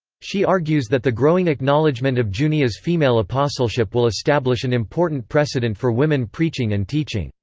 she argues that the growing acknowledgment of junia's female apostleship will establish an important precedent for women preaching and teaching.